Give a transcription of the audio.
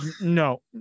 No